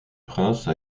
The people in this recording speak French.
prince